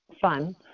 fun